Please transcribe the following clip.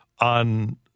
on